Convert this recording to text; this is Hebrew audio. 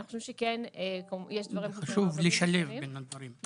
חשוב לשלב בין הדברים.